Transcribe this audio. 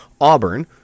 Auburn